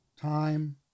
time